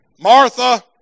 Martha